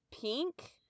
pink